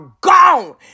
gone